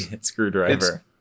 screwdriver